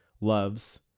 loves